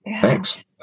Thanks